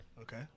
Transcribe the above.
okay